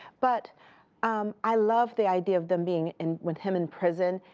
but um i love the idea of them being in with him in prison,